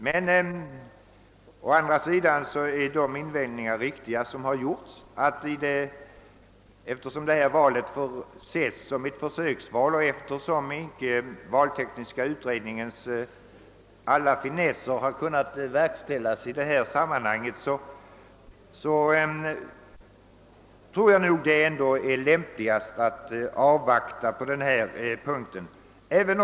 Det har emellertid mot detta helt riktigt invänts att 1970 års val får ses som ett försöksval och att alla finesserna i valtekniska utredningens förslag icke kunnat förverkligas i detta sammanhang, varför det är lämpligast att avvakta utvecklingen på denna punkt.